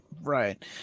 Right